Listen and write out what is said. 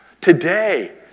today